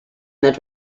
that